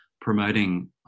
promoting